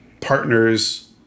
partners